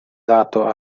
lato